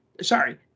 sorry